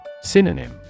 Synonym